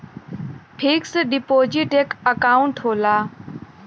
fix deposit एक account होला